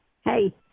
Hey